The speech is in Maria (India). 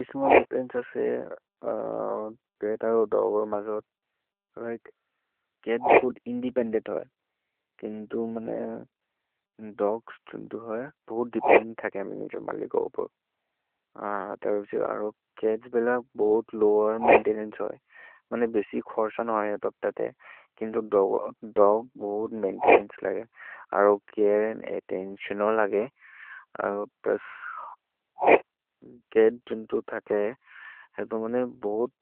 इस्म देपेन्देन्चे असे चत् अरो दोग् अर् मज, लिके चत् भुकुद् इन्देपेन्देन्त् होये, केन्तु मने दोग्स् छुन्दु होये, भुकुद् देपेन्देन्त् थके अमे निजम्बलि को उपर्। आ, तबि प्से अरो चत्स् बेल भुकुद् लोवेर् मैन्तेनन्चे होये, मने बिसि खोर्सन् होये तप्तते, केन्तु दोग् भुकुद् मैन्तेनन्चे लगे, अरो चरे अन्द् अत्तेन्तिओन् लगे। अरो प्से चत् छुन्दु थके, हेतो मने भुकुद्